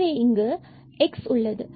எனவே இங்கு x உள்ளது